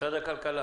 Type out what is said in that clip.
ממשרד הכלכלה